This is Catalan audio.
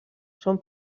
són